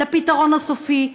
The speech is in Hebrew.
לפתרון הסופי.